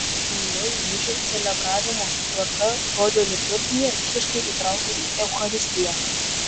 naujoji mišių celebravimo tvarka žodžio liturgiją visiškai įtraukia į eucharistiją